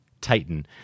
Titan